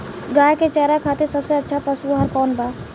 गाय के चारा खातिर सबसे अच्छा पशु आहार कौन बा?